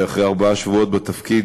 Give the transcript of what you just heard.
אחרי ארבעה שבועות בתפקיד,